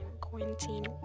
quarantine